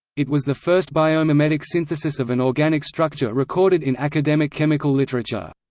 it was the first biomimetic synthesis of an organic structure recorded in academic chemical literature.